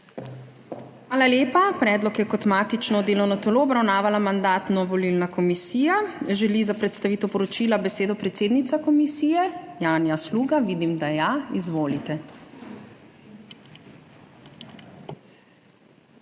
Hvala lepa. Predlog je kot matično delovno telo obravnavala Mandatno-volilna komisija. Želi za predstavitev poročila besedo predsednica komisije Janja Sluga? Vidim, da ja. Izvolite.